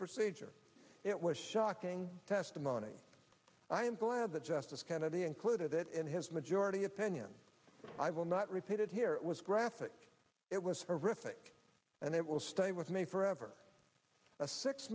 procedure it was shocking testimony i am glad that justice kennedy included it in his majority opinion i will not repeat it here it was graphic it was horrific and it will stay with me forever a six